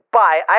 bye